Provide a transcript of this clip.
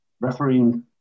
refereeing